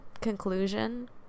conclusion